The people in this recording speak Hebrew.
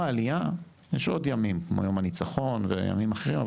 יש עוד ימים כמו יום הניצחון וימים אחרים,